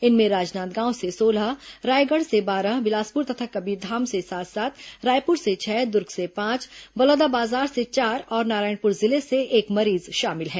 इनमें राजनांदगांव से सोलह रायगढ़ से बारह बिलासपुर तथा कबीरधाम से सात सात रायपुर से छह दूर्ग से पांच बलौदाबाजार से चार और नारायणपुर जिले से एक मरीज शामिल है